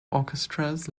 orchestras